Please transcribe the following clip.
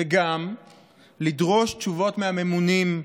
וגם לדרוש תשובות מהממונים,